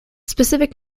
specific